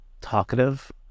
talkative